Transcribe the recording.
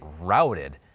routed